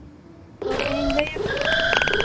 ᱛᱚ ᱛᱮᱦᱮᱧ ᱞᱟᱹᱭ ᱟᱯᱮ ᱦᱟᱸᱜ